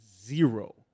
Zero